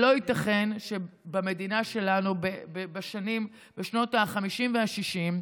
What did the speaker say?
לא ייתכן שבמדינה שלנו, בשנות החמישים והשישים,